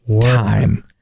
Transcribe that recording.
time